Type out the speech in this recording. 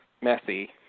messy